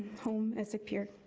home as a peer.